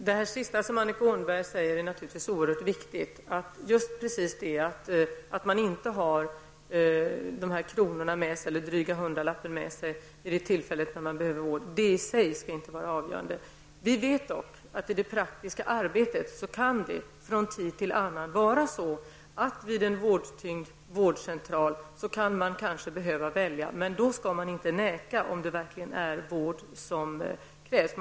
Herr talman! Det Annika Åhnberg sist sade är naturligtvis oerhört viktigt. Att man inte har dessa kronor med sig, eller en dryg hundralapp, vid det tillfället man behöver vård skall inte i sig vara avgörande. Vi vet dock att det i det praktiska arbetet från tid till annan kan vara så, att man kanske kan behöva välja vid en vårdtyngd vårdcentral. Men man skall inte neka någon vård om det verkligen är vård som krävs.